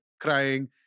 crying